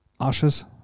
Ashes